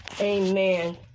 Amen